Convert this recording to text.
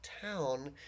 town